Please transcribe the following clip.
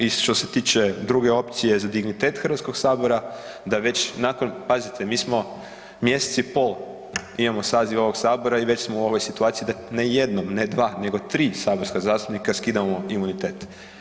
I što se tiče druge opcije za dignitet HS da već nakon, pazite mi smo mjesec i pol imamo saziv ovog sabora i već smo u ovoj situaciji da, ne jednom, ne dva, nego 3 saborska zastupnika skidamo imunitet.